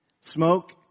Smoke